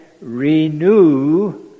renew